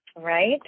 right